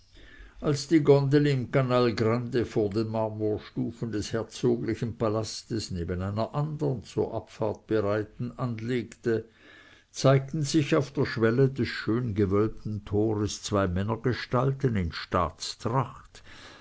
als die gondel im canal grande vor den marmorstufen des herzoglichen palastes neben einer andern zur abfahrt bereiten anlegte zeigten sich auf der schwelle des schön gewölbten tores zwei männergestalten in